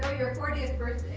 your fortieth birthday.